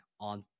on